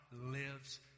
lives